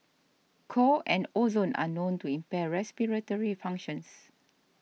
co and ozone are known to impair respiratory functions